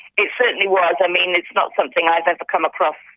it certainly was. i mean, it's not something i've ever come across,